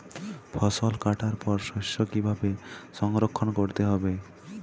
ফসল কাটার পর শস্য কীভাবে সংরক্ষণ করতে হবে?